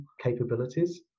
capabilities